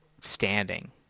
standing